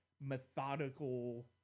methodical